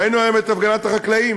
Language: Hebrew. ראינו היום את הפגנת החקלאים.